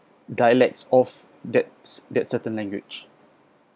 dialects of that that certain language